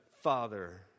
father